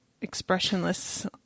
expressionless